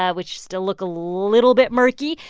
ah which still look a little bit murky.